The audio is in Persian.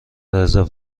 رزرو